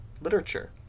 literature